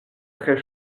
très